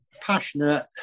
passionate